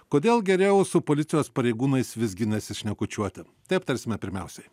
kodėl geriau su policijos pareigūnais visgi nesišnekučiuoti tai aptarsime pirmiausiai